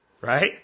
right